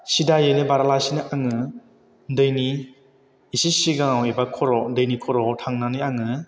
सिदायैनो बारालासिनो आङो दैनि इसे सिगांआव एबा खर' दैनि खर'आव थांनानै आङो